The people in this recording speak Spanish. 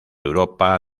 europa